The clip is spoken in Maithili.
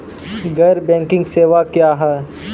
गैर बैंकिंग सेवा क्या हैं?